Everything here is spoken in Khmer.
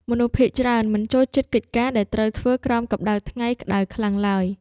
មនុស្សភាគច្រើនមិនចូលចិត្តកិច្ចការដែលត្រូវធ្វើក្រោមកម្តៅថ្ងៃក្តៅខ្លាំងឡើយ។